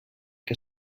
que